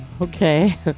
Okay